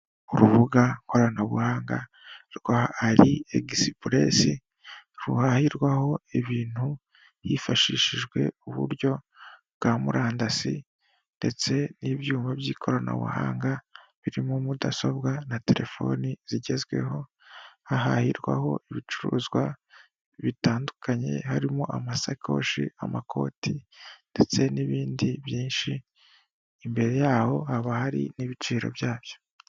Urubuga nkoranabuhanga rwa ALIExpress ruhahirwaho ibintu hifashishijwe uburyo bwa murandasi ndetse n'ibyuma by'ikoranabuhanga birimo mudasobwa na telefoni zigezweho. Hahahirwaho ibicuruzwa bitandukanye harimo amasakoshi, amakoti, ndetse n'ibindi byinshi imbere yaho haba hari n'ibiciro byabyo.